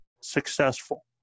successful